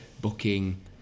booking